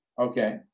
Okay